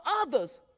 others